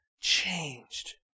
changed